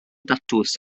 datws